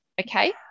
Okay